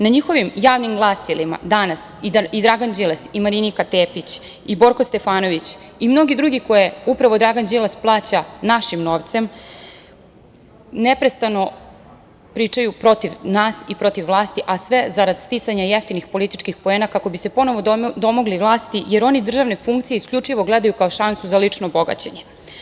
Na njihovim javnim glasilima „Danas“ i Dragan Đilas i Marinika Tepić i Borko Stefanović i mnogi drugi koje upravo Dragan Đilas plaća našim novcem neprestano pričaju protiv nas i protiv vlasti, a sve zarad sticanja jeftinih političkih poena, kako bi se ponovo domogli vlasti, jer oni državne funkcije isključivo gledaju kao šansu za lično bogaćenje.